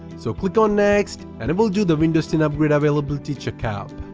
so click on next, and it will do the windows ten upgrade availability checkup.